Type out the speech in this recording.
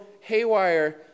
haywire